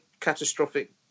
catastrophic